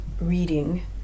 reading